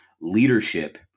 leadership